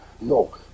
No